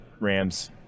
Rams